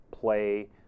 play